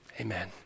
Amen